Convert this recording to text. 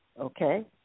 Okay